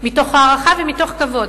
מתוך הערכה ומתוך כבוד.